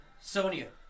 Sonia